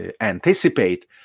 anticipate